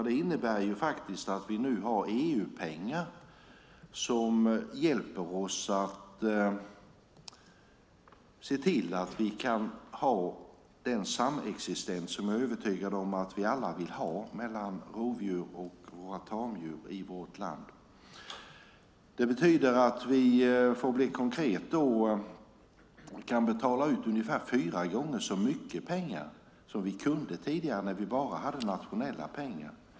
Det betyder att vi nu har EU-pengar som gör att vi kan ha den samexistens som jag är övertygad om att vi alla vill ha mellan rovdjur och tamdjur i vårt land. För att vara konkret betyder det att vi kan betala ut ungefär fyra gånger mer än tidigare när vi bara hade nationella pengar.